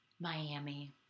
Miami